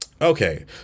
Okay